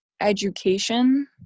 education